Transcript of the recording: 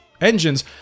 engines